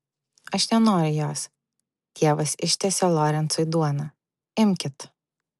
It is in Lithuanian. aš nenoriu jos tėvas ištiesė lorencui duoną imkit